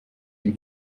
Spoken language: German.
ihm